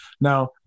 Now